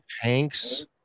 Hanks